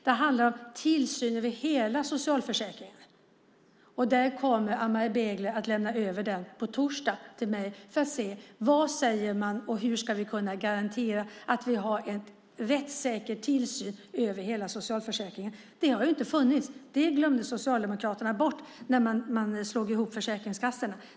Det handlar om tillsyn av hela socialförsäkringen. Anne-Marie Begler kommer att lämna över den till mig på torsdag så att vi ser vad man säger och hur vi ska kunna garantera en rättssäker tillsyn över hela socialförsäkringen. Det har ju inte funnits. Tillsynen glömde Socialdemokraterna bort när man slog ihop försäkringskassorna.